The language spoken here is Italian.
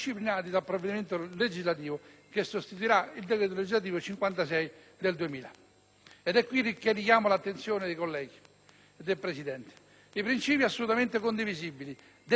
che sostituirà il decreto legislativo n. 56 del 2000. Ed è qui che richiamo l'attenzione dei colleghi e del Presidente. I principi assolutamente condivisibili dettati dall'attuale testo normativo